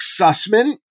Sussman